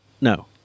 No